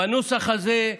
בנוסח הזה,